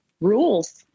rules